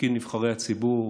מתפקיד נבחרי הציבור,